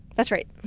that's right.